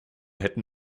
hätten